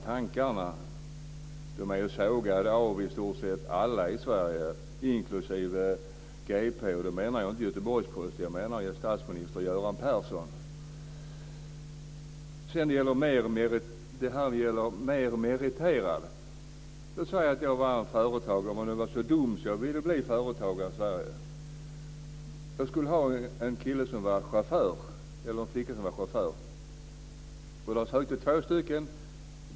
Tankarna är sågade av i stort sett alla i Sverige, inklusive GP - jag menar inte Göteborgsposten utan statsminister Göran Persson. Sedan var det frågan om att vara mer meriterad. Säg att jag är så dum att jag vill bli företagare i Sverige. Jag behöver en kille eller flicka som chaufför. Två stycken söker jobbet.